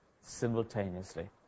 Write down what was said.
simultaneously